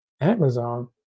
Amazon